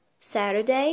Saturday